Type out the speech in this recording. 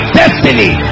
destiny